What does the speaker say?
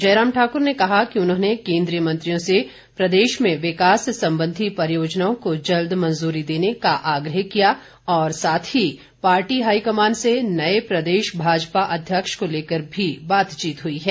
जयराम ठाकुर ने कहा कि उन्होंने केन्द्रीय मंत्रियों से प्रदेश में विकास संबंधी परियोजनाओं को जल्द मंजूरी देने का आग्रह किया और साथ ही पार्टी हाईकमान से नए प्रदेश भाजपा अध्यक्ष को लेकर भी बातचीत हुई है